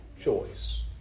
choice